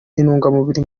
intungamubiri